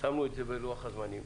שמנו את זה בלוח הזמנים,